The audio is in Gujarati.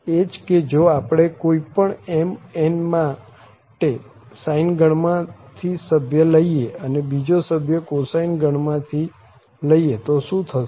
એ જ કે જો આપણે કોઈ પણ m n માટે sine ગણ માં થી સભ્ય લઈએ અને બીજો સભ્ય cosine ગણ માં થી લઈએ તો શું થશે